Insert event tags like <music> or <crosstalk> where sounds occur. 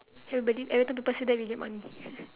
everybody every time people say that we get money <laughs>